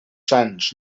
sants